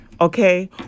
okay